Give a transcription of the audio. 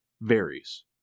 varies